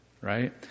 right